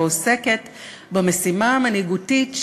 ועוסקת במשימה המנהיגותית,